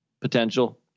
potential